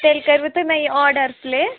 تیٚلہِ کٔرۍوٕ تُہۍ مےٚ یہِ آرڈَر پُلیس